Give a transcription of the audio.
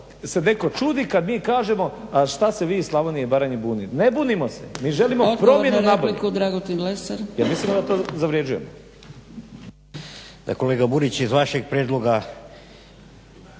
se netko čudi kad mi kažemo, a šta se vi iz Slavonije i Baranje bunite, ne bunimo se mi želimo promjenu na bolje, jer mislimo da to zavrjeđujemo.